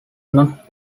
not